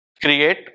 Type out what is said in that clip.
create